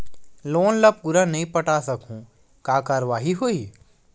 Loan ला पूरा नई पटा सकहुं का कारवाही होही?